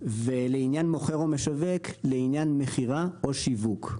ובמקום "ולעניין מוכר או משווק" "לעניין מכירה או שיווק".